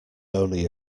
only